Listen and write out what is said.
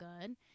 good